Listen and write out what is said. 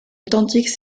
authentique